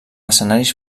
escenaris